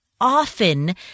often